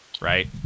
Right